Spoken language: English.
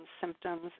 symptoms